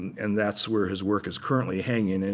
and that's where his work is currently hanging. and